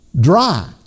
Dry